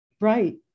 right